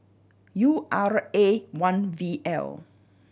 U R A one V L